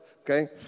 okay